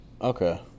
Okay